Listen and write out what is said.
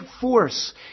force